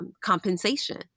Compensation